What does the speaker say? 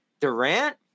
Durant